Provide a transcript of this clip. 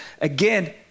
Again